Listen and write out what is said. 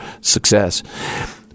success